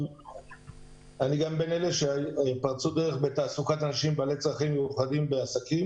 אני בין אלו שפרצו את הדרך להעסקת בעלי צרכים מיוחדים בעסקים